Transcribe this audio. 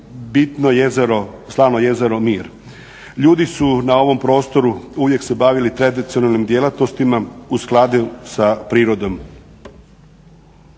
bitno slano jezero Mir. Ljudi su na ovom prostoru uvijek se bavili tradicionalnim djelatnostima u skladu sa prirodom.